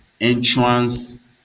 entrance